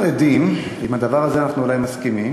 אנחנו עדים, ועם הדבר הזה אנחנו עדיין מסכימים,